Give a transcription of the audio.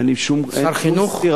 שר חינוך?